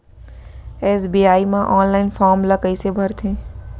SBI म online form ल कइसे भरथे?